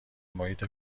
محیط